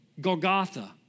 Golgotha